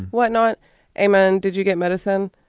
why not a man? did you get medicine?